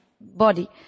body